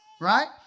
right